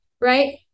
right